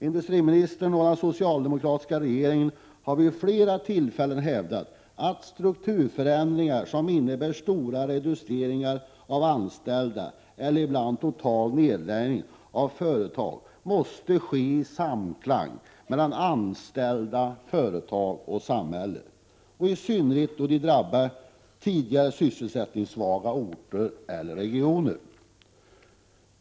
Industriministern och den socialdemokratiska regeringen har vid flera tillfällen hävdat att strukturförändringar som innebär stora reduceringar av antalet anställda eller ibland total nedläggning av företag måste ske i samklang mellan anställda, företag och samhälle — i synnerhet då tidigare sysselsättningssvaga orter eller regioner drabbas.